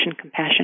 Compassion